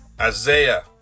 Isaiah